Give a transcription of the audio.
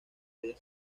ella